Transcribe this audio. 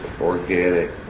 organic